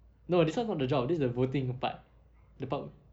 no this one is not the job it's the voting part the part